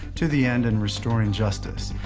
to the end, in restoring justice.